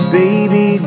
baby